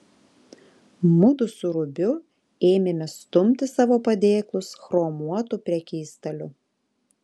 mudu su rubiu ėmėme stumti savo padėklus chromuotu prekystaliu